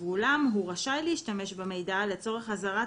ואולם רשאי הוא להשתמש במידע לצורך אזהרת